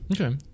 Okay